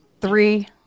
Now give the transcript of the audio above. Three